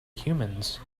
humans